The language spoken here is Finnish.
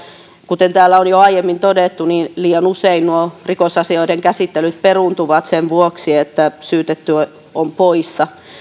kuten täällä on jo aiemmin todettu liian usein nuo rikosasioiden käsittelyt peruuntuvat sen vuoksi että syytetty on poissa